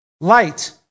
light